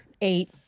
Eight